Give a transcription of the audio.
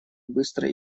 быстро